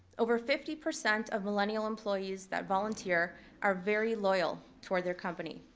over fifty percent of millennial employees that volunteer are very loyal toward their company.